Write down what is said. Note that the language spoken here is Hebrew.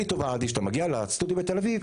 תעשה לי טובה: כשאתה מגיע לסטודיו בתל-אביב,